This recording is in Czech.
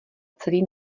celý